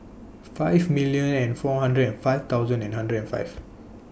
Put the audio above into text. five million and four hundred and five thousand and hundred and five